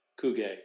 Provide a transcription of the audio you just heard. Kuge